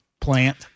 plant